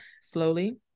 slowly